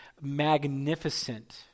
magnificent